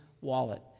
wallet